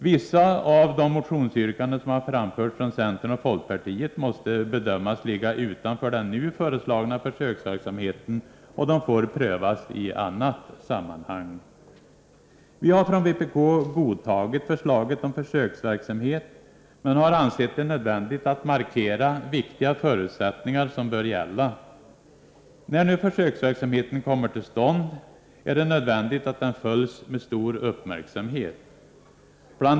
Vissa av de motionsyrkanden som framförts från centern och folkpartiet måste bedömas ligga utanför den nu föreslagna försöksverksamheten, och de får prövas i annat sammanhang. Vi har från vpk godtagit förslaget om försöksverksamhet men har ansett det nödvändigt att markera viktiga förutsättningar som bör gälla. När nu försöksverksamheten kommer till stånd är det nödvändigt att den följs med stor uppmärksamhet. Bl.